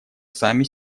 сами